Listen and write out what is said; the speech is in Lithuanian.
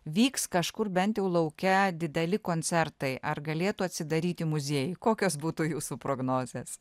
vyks kažkur bent jau lauke dideli koncertai ar galėtų atsidaryti muziejai kokios būtų jūsų prognozės